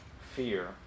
fear